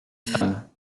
femmes